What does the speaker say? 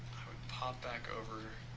i would pop back over